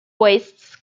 wastes